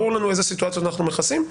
ברור לנו איזה סיטואציות אנחנו מכסים.